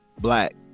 Black